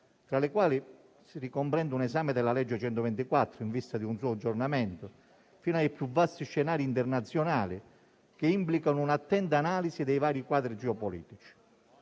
tra le quali si ricomprende un esame della legge n. 124 del 2007 in vista di un suo aggiornamento, fino ai più vasti scenari internazionali, che implicano un'attenta analisi dei vari quadri geopolitici.